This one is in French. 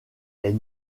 est